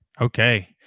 Okay